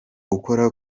ukora